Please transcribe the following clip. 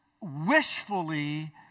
wishfully